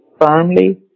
firmly